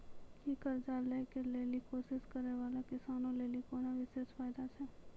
कि कर्जा लै के लेली कोशिश करै बाला किसानो लेली कोनो विशेष फायदा छै?